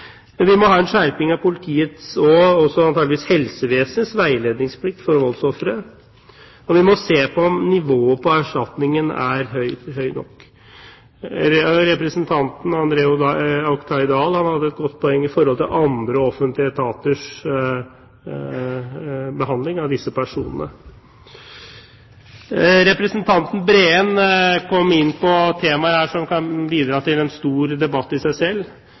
Vi må ha en skjerping av politiets – og antakeligvis også helsevesenets – veiledningsplikt overfor voldsofre, og vi må se på om nivået på erstatningen er høyt nok. Representanten André Oktay Dahl hadde et godt poeng med hensyn til andre offentlige etaters behandling av disse personene. Representanten Breen kom inn på temaer her som kan bidra til en stor debatt i seg selv,